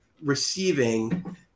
receiving